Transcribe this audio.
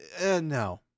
no